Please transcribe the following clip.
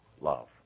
love